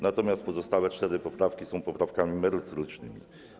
Natomiast pozostałe cztery poprawki są poprawkami merytorycznymi.